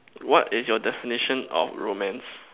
what is your definition of romance